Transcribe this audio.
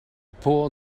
poor